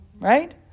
right